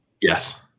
Yes